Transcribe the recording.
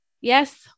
Yes